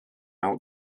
out